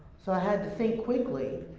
so i had to think quickly.